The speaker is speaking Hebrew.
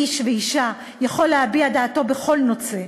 איש ואישה יכולים להביע דעתם בכל נושא,